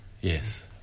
Yes